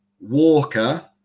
Walker